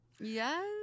yes